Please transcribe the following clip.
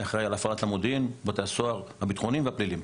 אני אחראי הפעלת המודיעין בבתי הסוהר הביטחוניים והפליליים.